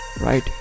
right